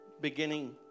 beginning